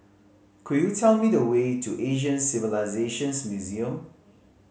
could you tell me the way to Asian Civilisations Museum